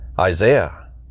Isaiah